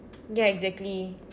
ya exactly